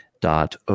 dot